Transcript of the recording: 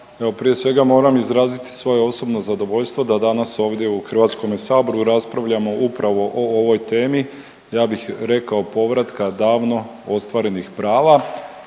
prije svega moram izraziti svoje osobno zadovoljstvo da danas ovdje u HS raspravljamo upravo o ovoj temi ja bih rekao povratka davno ostvarenih prava